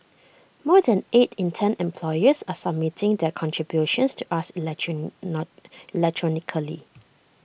more than eight in ten employers are submitting their contributions to us electronically